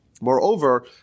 Moreover